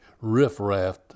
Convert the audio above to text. riffraff